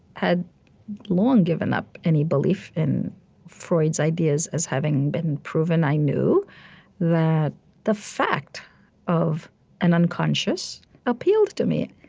had long given up any belief in freud's ideas as having been proven. i knew that the fact of an unconscious appealed to me.